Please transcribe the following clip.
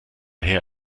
her